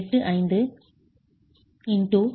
85 x 0